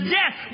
death